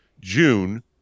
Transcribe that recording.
June